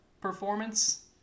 performance